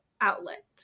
outlet